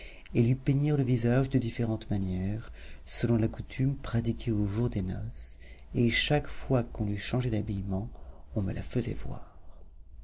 et lui peignirent le visage de différentes manières selon la coutume pratiquée au jour des noces et chaque fois qu'on lui changeait d'habillement on me la faisait voir